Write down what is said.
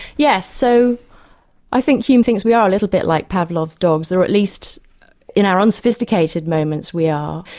yes, so i think hume thinks we are a little bit like pavlov's dogs, there are at least in our unsophisticated moments we are.